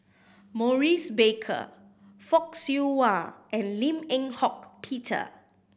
Maurice Baker Fock Siew Wah and Lim Eng Hock Peter